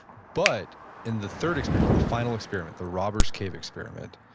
but in the third experiment, the final experiment, the robbers cave experiment,